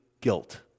guilt